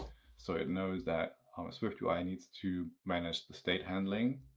so it knows that um swiftui needs to manage the state handling.